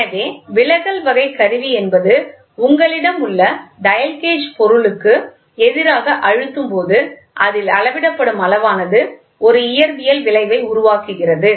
எனவே விலகல் வகை கருவி என்பது உங்களிடம் உள்ள டயல் கேஜ் பொருளுக்கு எதிராக அழுத்தும் போது அதில் அளவிடப்படும் அளவானது ஒரு இயற்பியல் விளைவை உருவாக்குகிறது